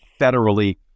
federally